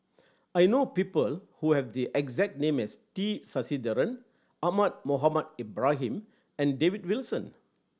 I know people who have the exact name as T Sasitharan Ahmad Mohamed Ibrahim and David Wilson